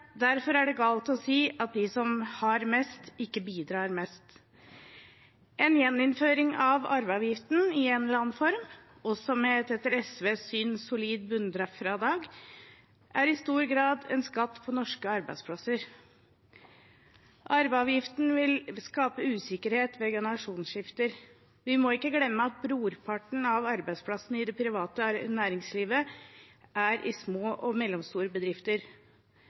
Derfor er det galt å si at de som har mest, ikke bidrar mest. En gjeninnføring av arveavgiften i en eller annen form, også med, etter SVs syn, et solid bunnfradrag, er i stor grad en skatt på norske arbeidsplasser. Arveavgiften vil skape usikkerhet ved generasjonsskifter. Vi må ikke glemme at brorparten av arbeidsplassene i det private næringslivet er i små og mellomstore bedrifter.